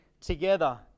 Together